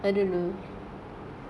why you want to be farmer